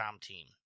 team